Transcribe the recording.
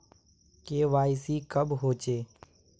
KYC कब होचे?